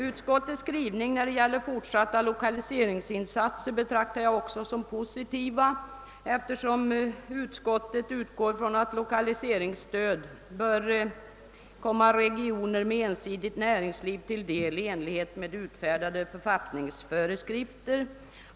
Utskottets skrivning när det gäller fortsatta lokaliseringsinsatser betraktar jag också som positiv, eftersom utskottet utgår från att lokaliseringsstöd bör komma regioner med ensidigt näringsliv till del i enlighet med utfärdade författningsföreskrifter.